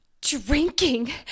drinking